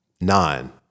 Nine